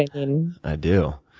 and i do.